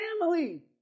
family